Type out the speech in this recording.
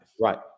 Right